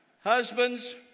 Husbands